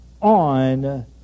on